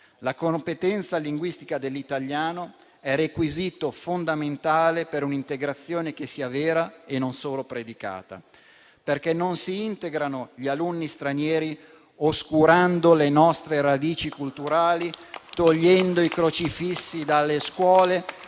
La competenza linguistica dell'italiano è requisito fondamentale per un'integrazione che sia vera e non solo predicata, perché non si integrano gli alunni stranieri oscurando le nostre radici culturali, togliendo i crocifissi dalle scuole,